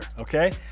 okay